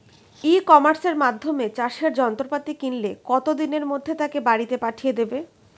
ই কমার্সের মাধ্যমে চাষের যন্ত্রপাতি কিনলে কত দিনের মধ্যে তাকে বাড়ীতে পাঠিয়ে দেবে?